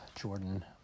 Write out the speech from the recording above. Jordan